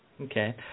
Okay